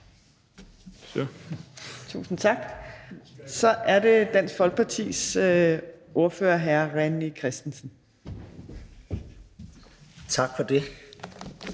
Tusind tak. Så er det Dansk Folkepartis ordfører, hr. René Christensen. Kl.